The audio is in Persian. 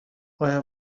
آیا